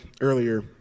earlier